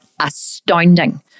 astounding